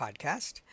podcast